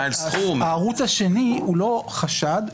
הערוץ השני הוא לא חשד,